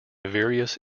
various